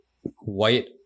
white